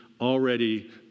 already